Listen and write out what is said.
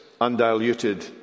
undiluted